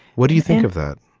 what do you think of that?